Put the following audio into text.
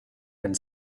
and